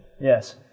Yes